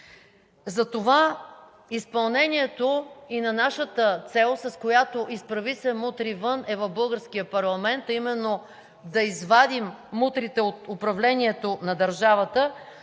Затова изпълнението и на нашата цел, с която „Изправи се! Мутри вън!“ е в българския парламент – именно да извадим мутрите от управлението на държавата,